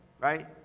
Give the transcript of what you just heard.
right